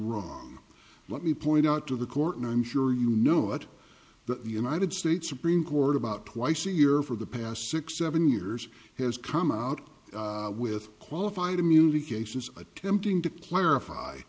wrong let me point out to the court and i'm sure you know what the united states supreme court about twice a year for the past six or seven years has come out with qualified immunity cases attempting to clarify